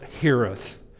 heareth